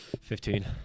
Fifteen